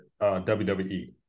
wwe